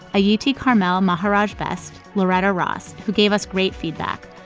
ah yeah ayiti-carmel maharaj-best, loretta ross, who gave us great feedback.